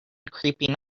creeping